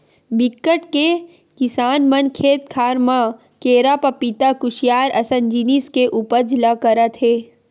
बिकट के किसान मन खेत खार म केरा, पपिता, खुसियार असन जिनिस के उपज ल करत हे